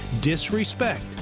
Disrespect